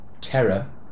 terror